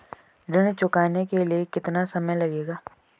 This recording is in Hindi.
ऋण चुकाने के लिए कितना समय मिलेगा?